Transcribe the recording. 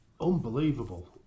Unbelievable